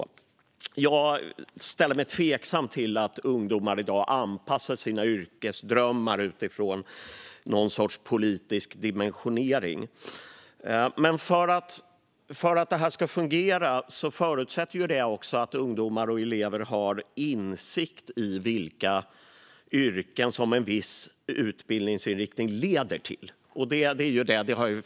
Jag är tveksam till att ungdomar i dag anpassar sina yrkesdrömmar utifrån någon sorts politisk dimensionering. För att det här ska fungera förutsätter det att ungdomar och elever har insikt i vilka yrken en viss utbildningsinriktning leder till.